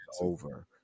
over